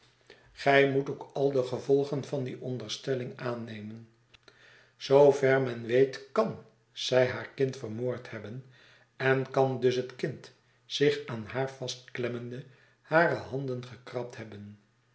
gij moet ook al de gevolgen van die onderstelling aannemen zoover men weet kan zij haar kind vermoord hebben en kan dus het kind zich aan haar vastklemmende hare handen gekrabd hebben